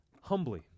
humbly